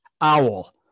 owl